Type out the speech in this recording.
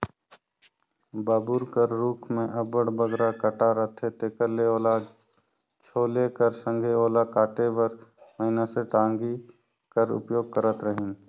बबूर कर रूख मे अब्बड़ बगरा कटा रहथे तेकर ले ओला छोले कर संघे ओला काटे बर मइनसे टागी कर उपयोग करत रहिन